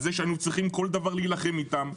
על כך שהיינו צריכים על כל דבר להילחם איתם.